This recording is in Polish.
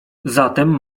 zatem